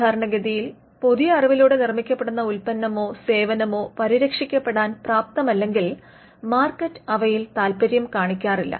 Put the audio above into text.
സാധാരണഗതിയിൽ പുതിയ അറിവിലൂടെ നിർമ്മിക്കപ്പെടുന്ന ഉൽപ്പന്നമോ സേവനമോ പരിരക്ഷിക്കപ്പെടാൻ പ്രാപ്തമല്ലെങ്കിൽ മാർക്കറ്റ് അവയിൽ താല്പര്യം കാണിക്കാറില്ല